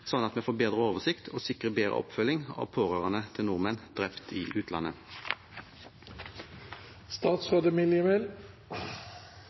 at vi får bedre oversikt og sikrer bedre oppfølging av pårørende til nordmenn drept i utlandet?